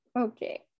Okay